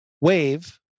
wave